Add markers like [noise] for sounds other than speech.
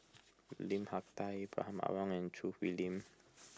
[noise] Lim Hak Tai Ibrahim Awang and Choo Hwee Lim